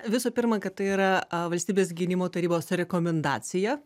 visų pirma kad tai yra valstybės gynimo tarybos rekomendacija